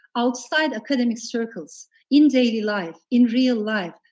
outside academic circles in daily life, in real life,